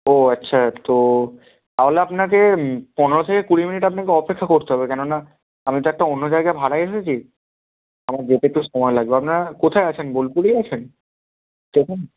ও আচ্ছা তো তাহলে আপনাকে পনেরো থেকে কুড়ি মিনিট আপনাকে অপেক্ষা করতে হবে কেননা আমি তো একটা অন্য জায়গায় ভাড়া এসেছি আমার যেতে একটু সময় লাগবে আপনারা কোথায় আছেন বোলপুরেই আছেন স্টেশনে